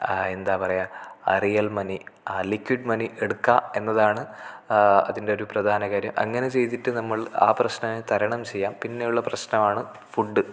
ആ എന്താ പറയുക ആ റിയൽ മണി ആ ലിക്വിഡ് മണി എടുക്കുക എന്നതാണ് അതിൻ്റെയൊരു പ്രധാന കാര്യം അങ്ങനെ ചെയ്തിട്ട് നമ്മൾ ആ പ്രശ്നം തരണം ചെയ്യാം പിന്നെയുള്ള പ്രശ്നമാണ് ഫുഡ്